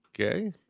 Okay